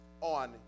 on